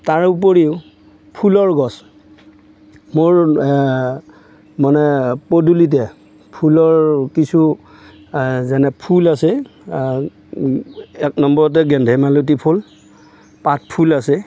তাৰ উপৰিও ফুলৰ গছ মোৰ মানে পদূলিতে ফুলৰ কিছু যেনে ফুল আছে এক নম্বৰতে গেন্ধে মালতী ফুল পাত ফুল আছে